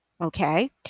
Okay